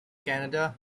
canada